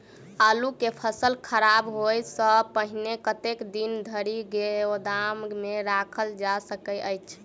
आलु केँ फसल खराब होब सऽ पहिने कतेक दिन धरि गोदाम मे राखल जा सकैत अछि?